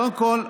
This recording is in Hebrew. קודם כול,